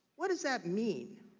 what does that mean?